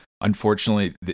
unfortunately